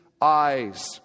eyes